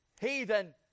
heathen